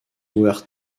were